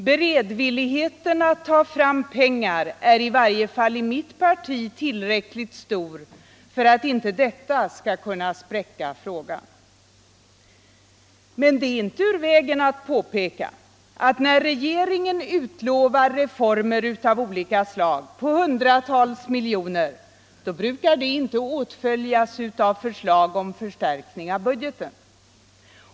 Beredvilligheten att ta fram pengar är i varje fall i mitt parti tillräckligt stor för att inte detta skall kunna spräcka frågan. Men det är inte ur vägen att påpeka, att när regeringen utlovar reformer av olika slag, på hundratals miljoner, brukar det inte åtföljas av förslag om förstärkning av budgeten.